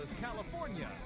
California